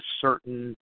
certain